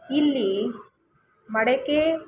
ಇಲ್ಲಿ ಮಡಕೆ